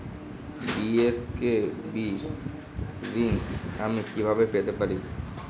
BSKB ঋণ আমি কিভাবে পেতে পারি?